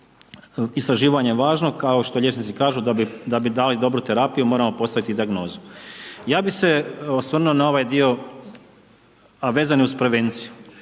istraživanje je važno, kao što liječnici kažu da bi dali dobru terapiju, moramo postaviti dijagnozu. Ja bi se osvrnuo na ovaj dio, a vezan je uz prevenciju.